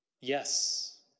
Yes